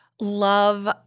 love